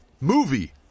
movie